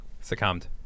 succumbed